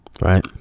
right